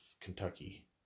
Kentucky